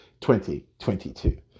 2022